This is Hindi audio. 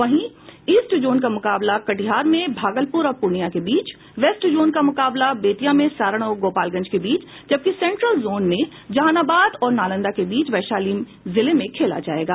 वहीं ईस्ट जोन का मुकाबला कटिहार में भागलपुर और पूर्णियां के बीच वेस्ट जोन का मुकाबला बेत्तिया में सारण और गोपालगंज के बीच जबकि सेंट्रल जोन में जहानाबाद और नालंदा के बीच वैशाली जिले में खेला जायेगा